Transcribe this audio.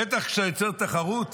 בטח כשאתה יוצר תחרות